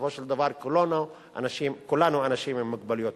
בסופו של דבר כולנו אנשים עם מוגבלויות.